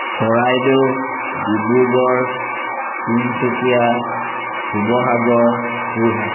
Charaideo Dibrugarh Tinsukia Sivasagar Jorhat